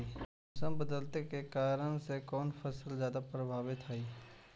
मोसम बदलते के कारन से कोन फसल ज्यादा प्रभाबीत हय?